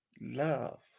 love